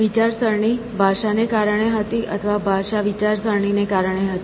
વિચારસરણી ભાષાને કારણે હતી અથવા ભાષા વિચારસરણીને કારણે હતી